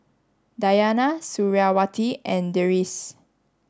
Dayana Suriawati and Deris